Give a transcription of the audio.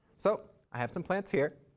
so, i have some plants here.